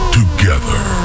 together